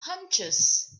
hunches